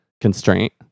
constraint